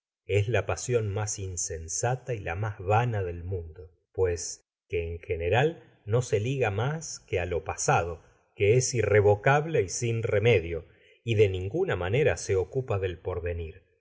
es la pasion mas insensata y la mas vana del mundo pues que en general no se liga mas que á lo pasado que es irrevocable y sia remedio y de ninguna manera se ocupa del porvenir